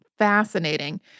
Fascinating